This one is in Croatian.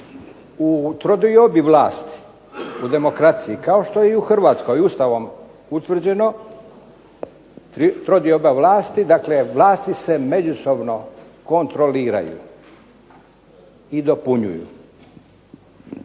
u trodiobi vlasti u demokraciji, kao što je i u Hrvatskoj Ustavom utvrđeno trodioba vlasti, dakle vlasti se međusobno kontroliraju i dopunjuju.